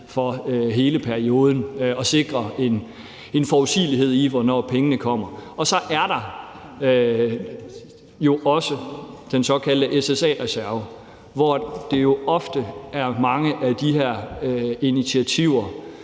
for i hele perioden at sikre en forudsigelighed i, hvornår pengene kommer. Så er der jo også den såkaldte SSA-reserve, hvor det ofte er mange af de her initiativer